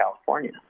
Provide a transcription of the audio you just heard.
California